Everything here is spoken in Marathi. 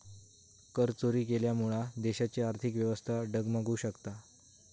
करचोरी केल्यामुळा देशाची आर्थिक व्यवस्था डगमगु शकता